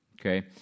okay